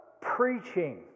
preaching